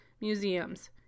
museums